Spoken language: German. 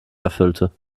erfüllte